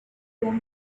own